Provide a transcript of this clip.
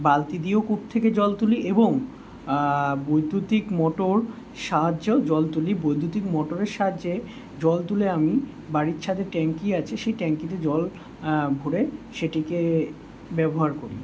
বালতি দিয়েও কূপ থেকে জল তুলি এবং বৈদ্যুতিক মোটর সাহায্যেও জল তুলি বৈদ্যুতিক মোটরের সাহায্যে জল তুলে আমি বাড়ির ছাদে ট্যাঙ্কি আছে সেই ট্যাঙ্কিতে জল ভরে সেটিকে ব্যবহার করি